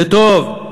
זה טוב.